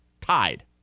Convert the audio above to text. tied